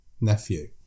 Nephew